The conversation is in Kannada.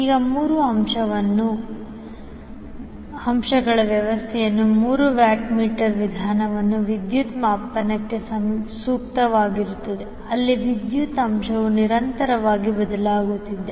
ಈಗ ಮೂರು ಅಂಶಗಳ ವ್ಯವಸ್ಥೆಯಲ್ಲಿ ಮೂರು ವ್ಯಾಟ್ ಮೀಟರ್ ವಿಧಾನವು ವಿದ್ಯುತ್ ಮಾಪನಕ್ಕೆ ಸೂಕ್ತವಾಗಿರುತ್ತದೆ ಅಲ್ಲಿ ವಿದ್ಯುತ್ ಅಂಶವು ನಿರಂತರವಾಗಿ ಬದಲಾಗುತ್ತಿದೆ